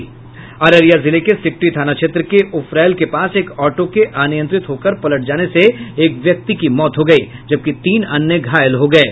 अररिया जिले के सिकटी थाना क्षेत्र के उफरैल के पास एक ऑटो के अनियंत्रित होकर पलट जाने से एक व्यक्ति की मौत हो गयी जबकि तीन अन्य घायल हो गये